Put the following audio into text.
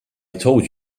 told